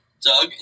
Doug